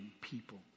people